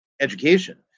education